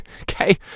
okay